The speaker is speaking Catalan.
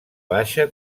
baixa